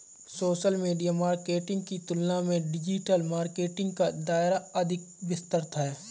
social media marketing की तुलना में डिजिटल मार्केटिंग का दायरा अधिक विस्तृत है